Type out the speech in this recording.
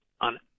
on